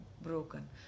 broken